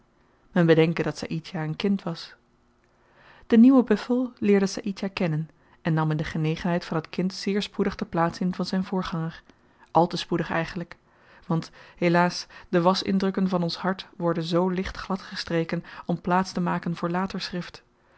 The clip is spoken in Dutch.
men bedenke dat saïdjah een kind was de nieuwe buffel leerde saïdjah kennen en nam in de genegenheid van t kind zeer spoedig de plaats in van zyn voorganger al te spoedig eigenlyk want helaas de wasindrukken van ons hart worden zoo licht gladgestreken om plaats te maken voor later schrift